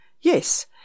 Yes